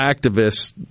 activists